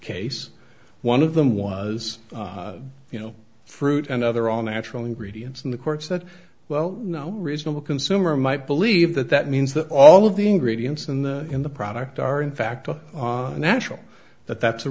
case one of them was you know fruit and other all natural ingredients in the courts that well no reasonable consumer might believe that that means that all of the ingredients in the in the product are in fact a natural that that's a